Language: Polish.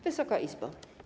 Wysoka Izbo!